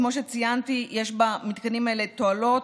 כמו שציינתי, יש במתקנים האלה תועלות,